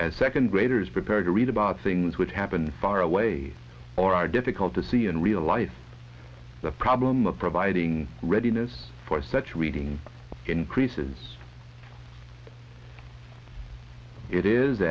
as second graders prepared to read about things would happen far away or are difficult to see in real life the problem of providing readiness for such reading increases it is